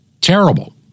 terrible